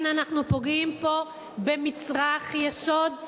הנה אנחנו פוגעים פה במצרך יסוד,